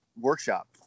workshop